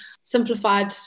simplified